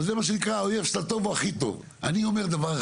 יש פה הרבה מאוד דעות וגופים ציבוריים שרוצים לדבר,